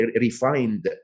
refined